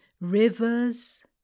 rivers